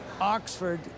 Oxford